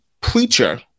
preacher